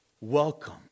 Welcome